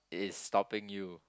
is stopping you